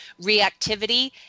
reactivity